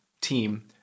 team